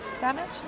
damage